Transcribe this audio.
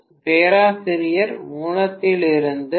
மாணவர் 2704 பேராசிரியர் மூலத்திலிருந்து